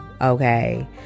Okay